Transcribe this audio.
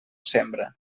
sembra